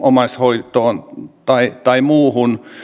omaishoitoon tai tai muuhun